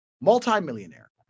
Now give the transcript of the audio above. Multi-millionaire